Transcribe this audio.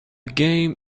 game